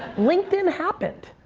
linkedin happened,